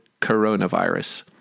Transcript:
coronavirus